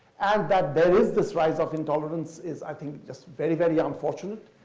and that there is this rise of intolerance is i think just very very unfortunate.